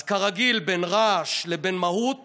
אז כרגיל, בין רעש ובין מהות